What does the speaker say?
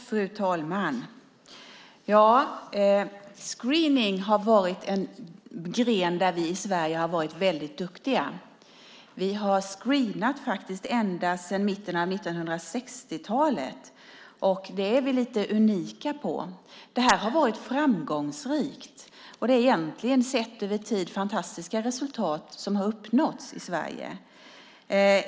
Fru talman! Screening har varit en gren där vi i Sverige har varit väldigt duktiga. Vi har screenat ända sedan mitten av 1960-talet. Det är vi lite unika på. Det har varit framgångsrikt. Det är sett över tid fantastiska resultat som har uppnåtts i Sverige.